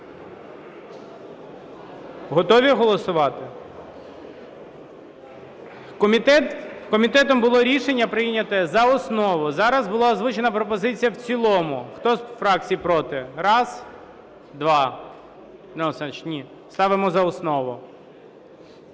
Готові голосувати? Комітетом було рішення прийняте – за основу, зараз була озвучена пропозиція – в цілому. Хто з фракцій проти? Раз, два. Ставимо за основу.